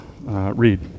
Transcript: read